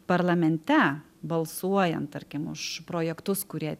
parlamente balsuojant tarkim už projektus kurie